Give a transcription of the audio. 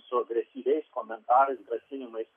su agresyviais komentarais grasinimais